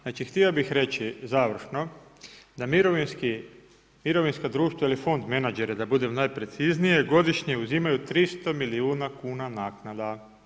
Znači, htio bih reći završno da mirovinska društva ili fond menadžera da budem najprecizniji godišnje uzimaju 300 milijuna kuna naknada.